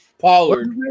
Pollard